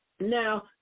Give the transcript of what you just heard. Now